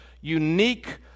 unique